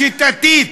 השיטתית,